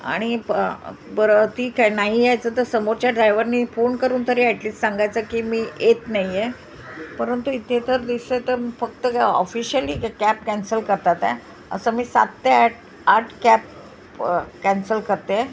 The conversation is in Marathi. आणि बरं ती काय नाही यायचं तर समोरच्या ड्रायवरनी फोन करून तरी ॲटलीस्ट सांगायचं की मी येत नाईये परंतु इथे तर दिसतं तर फक्त का ऑफिशियली कॅब कॅन्सल करतात असं मी सात ते आठ आठ कॅब कॅन्सल करते